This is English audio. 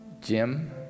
Jim